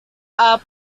are